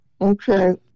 Okay